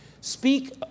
speak